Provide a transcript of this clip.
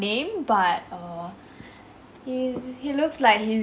~name but err he's he looks like he~